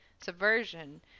subversion